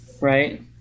Right